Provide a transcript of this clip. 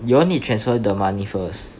you all need transfer the money first